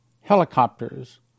helicopters